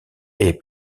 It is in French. est